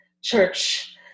church